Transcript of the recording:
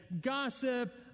Gossip